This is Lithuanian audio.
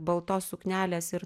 baltos suknelės ir